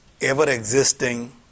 ever-existing